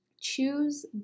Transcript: choose